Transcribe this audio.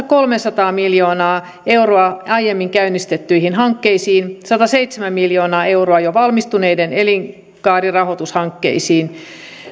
kolmesataa miljoonaa euroa aiemmin käynnistettyihin hankkeisiin sataseitsemän miljoonaa euroa jo valmistuneiden elinkaarirahoitushankkeisiin ja